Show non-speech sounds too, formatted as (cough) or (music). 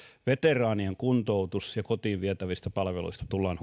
veteraanien kuntoutus ja kotiin vietävistä palveluista tullaan (unintelligible)